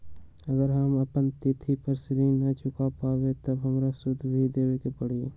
अगर हम अपना तिथि पर ऋण न चुका पायेबे त हमरा सूद भी देबे के परि?